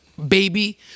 baby